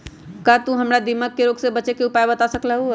का तू हमरा दीमक के रोग से बचे के उपाय बता सकलु ह?